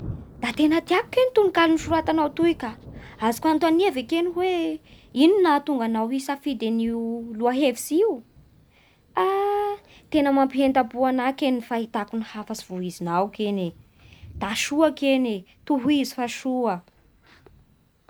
Da tegna tiako kegny tonokalo nosoratanao toy ka, azo anontania va kegny hoe ino nahatonga anao nisafidy lohahevitsy io? Ha tena mampientam-po ana kegny ny fahitako ny hafatsy voizinao kene Da soa kene, tohieo fa soa